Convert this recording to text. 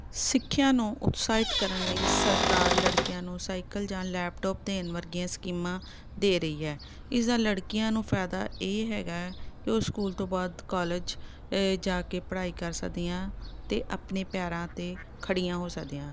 ਸਿੱਖਿਆ ਨੂੰ ਉਤਸਾਹਿਤ ਕਰਨ ਲਈ ਸਰਕਾਰ ਲੜਕੀਆਂ ਨੂੰ ਸਾਈਕਲ ਜਾਂ ਲੈਪਟੋਪ ਦੇਨ ਵਰਗੀਆਂ ਸਕੀਮਾਂ ਦੇ ਰਹੀ ਹੈ ਇਸ ਦਾ ਲੜਕੀਆਂ ਨੂੰ ਫਾਇਦਾ ਇਹ ਹੈਗਾ ਕਿ ਉਹ ਸਕੂਲ ਤੋਂ ਬਾਅਦ ਕਾਲਜ ਜਾ ਕੇ ਪੜ੍ਹਾਈ ਕਰ ਸਕਦੀਆਂ ਅਤੇ ਆਪਣੇ ਪੈਰਾਂ 'ਤੇ ਖੜ੍ਹੀਆਂ ਹੋ ਸਕਦੀਆਂ